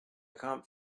can’t